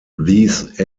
these